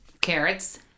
Carrots